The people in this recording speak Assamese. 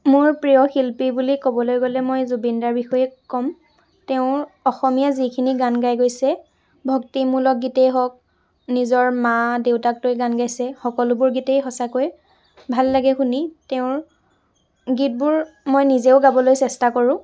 মোৰ প্ৰিয় শিল্পী বুলি ক'বলৈ গ'লে মই জুবিন দাৰ বিষয়ে ক'ম তেওঁ অসমীয়া যিখিনি গান গাই গৈছে ভক্তিমূলক গীতেই হওক নিজৰ মা দেউতাক লৈ গান গাইছে সকলোবোৰ গীতেই সঁচাকৈ ভাল লাগে শুনি তেওঁৰ গীতবোৰ মই নিজেও গাবলৈ চেষ্টা কৰোঁ